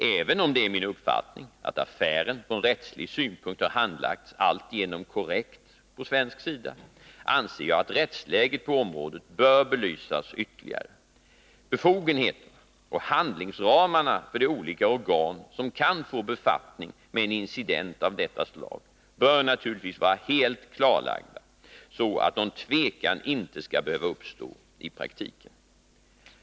Även om det är min uppfattning att affären från rättslig synpunkt har handlagts alltigenom korrekt på svensk sida, anser jag att rättsläget på området bör belysas ytterligare. Befogenheterna och handlingsramarna för de olika organ som kan få befattning med en incident av detta slag bör naturligtvis vara helt klarlagda, så att någon tvekan inte skall behöva uppstå i praktiken.